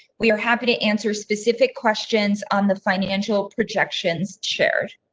we're happy to answer specific questions on the financial projections, shared.